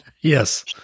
Yes